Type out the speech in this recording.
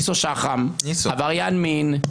עבריין מין,